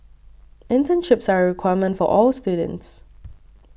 internships are a requirement for all students